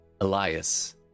Elias